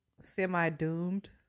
semi-doomed